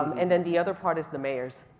and then the other part is the mayors.